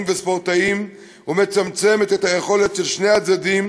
וספורטאים ומצמצת את היכולת של שני הצדדים